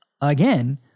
again